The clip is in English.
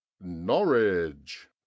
Norwich